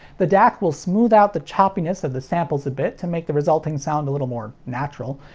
the dac will smooth out the choppiness of the samples a bit to make the resulting sound a little more natural,